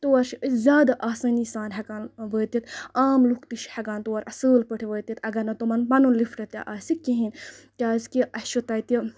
تور چھِ أسۍ زیادٕ آسٲنی سان ہٮ۪کان وٲتِتھ عام لُکھ تہِ چھِ ہٮ۪کان تور اَصٕل پٲٹھۍ وٲتِتھ اَگر نہٕ تِمَن پَنُن لِفٹ تہِ آسہِ کِہینۍ کیازِ کہِ اَسہِ چھ تَتہِ